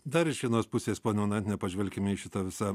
dar iš vienos pusės ponia onaitiene pažvelkime į šitą visą